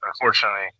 unfortunately